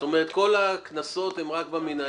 זאת אומרת, כל הקנסות הם רק במינהלי.